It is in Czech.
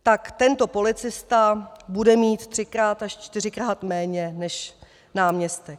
Tak tento policista bude mít třikrát až čtyřikrát méně než náměstek.